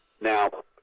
Now